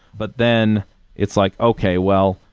but then it's like, okay. well,